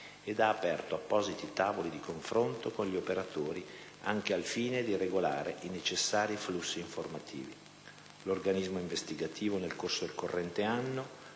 ed ha aperto appositi tavoli di confronto con gli operatori, anche al fine di regolare i necessari flussi informativi. L'organismo investigativo, nel corso del corrente anno,